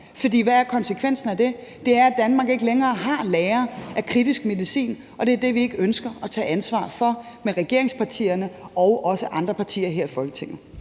hvad er konsekvensen af det? Det er, at Danmark ikke længere har lagre af kritisk medicin, og det er det, vi ikke ønsker at tage ansvar for i regeringspartierne og andre partier her i Folketinget.